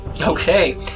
Okay